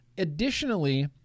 additionally